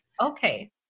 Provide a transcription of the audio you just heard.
Okay